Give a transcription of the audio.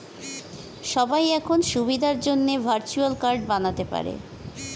সবাই এখন সুবিধার জন্যে ভার্চুয়াল কার্ড বানাতে পারে